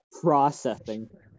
Processing